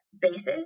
bases